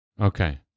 Okay